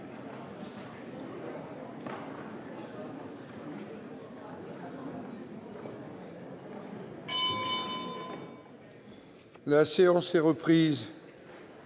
La séance est reprise.